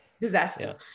Disaster